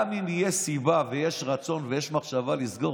גם אם יש סיבה ויש רצון ויש מחשבה לסגור,